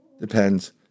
Depends